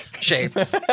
shapes